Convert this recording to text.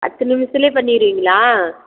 பத்து நிமிஷத்துல பண்ணிருவிங்களா